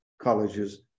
colleges